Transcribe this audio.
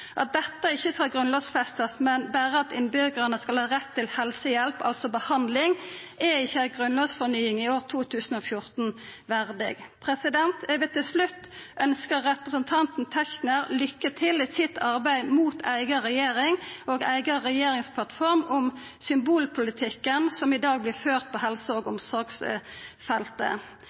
At dette ikkje skal grunnlovfestast – berre at innbyggjarane skal ha rett til helsehjelp, altså behandling – er ikkje ei grunnlovsfornying i år 2014 verdig. Eg vil til slutt ønskja representanten Tetzschner lykke til i sitt arbeid mot eiga regjering og eiga regjeringsplattform om symbolpolitikken som i dag blir ført på helse- og omsorgsfeltet.